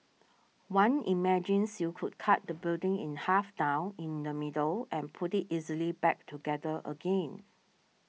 one imagines you could cut the building in half down in the middle and put it easily back together again